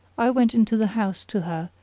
i went into the house to her,